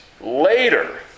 later